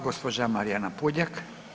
Gospođa Marijana Puljak.